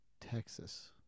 Texas